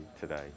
today